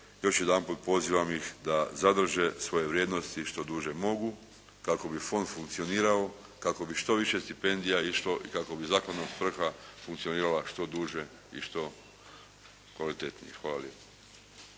još jedanput pozivam ih da zadrže svoje vrijednosti što duže mogu kako bi fond funkcionirao, kako bi što više stipendija išlo i kako bi …/Govornik se ne razumije./… svrha funkcionirala što duže i što kvalitetnije. Hvala lijepa.